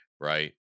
right